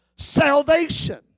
salvation